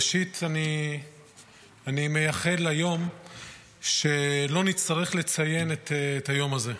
ראשית אני מייחל ליום שלא נצטרך לציין את היום הזה,